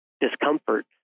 discomfort